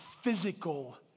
physical